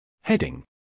Heading